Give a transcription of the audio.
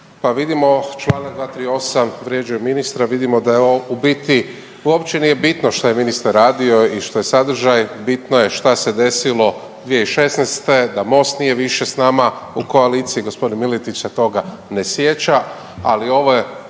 Pa vidimo čl. 238. vrijeđaju ministra, vidimo da je u biti uopće nije bitno što je ministar radio i što je sadržaj, bitno je šta se je desilo 2016. da Most nije više s nama u koaliciji g. Miletić se toga ne sjeća, ali ovo je